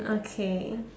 okay